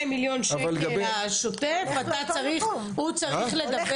זה ה- 200 מיליון ש"ח השוטף, הוא צריך לדווח.